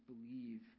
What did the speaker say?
believe